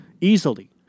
Easily